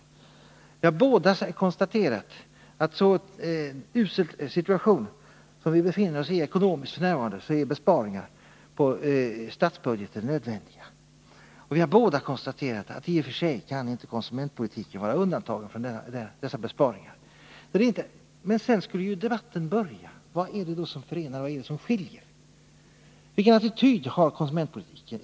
Vi har båda konstaterat att i en så usel ekonomisk situation som vi befinner oss i f.n. är besparingar på statsbudgeten nödvändiga. Vidare har vi båda konstaterat att konsumentpolitiken i och för sig inte kan vara undantagen från dessa besparingar. Men sedan skulle debatten börja: Vad är det som förenar och vad är det som skiljer? Vilken attityd intar handelsministern till konsumentpolitiken?